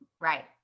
Right